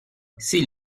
s’il